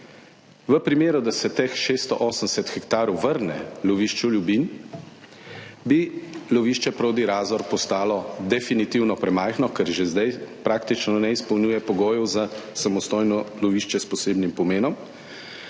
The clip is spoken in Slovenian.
V primeru, da se teh 680 hektarov vrne lovišču Ljubinj, bi lovišče Prodi Razor postalo definitivno premajhno, ker že zdaj praktično ne izpolnjuje pogojev za samostojno lovišče s posebnim pomenom,